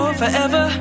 forever